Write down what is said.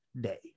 day